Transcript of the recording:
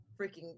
freaking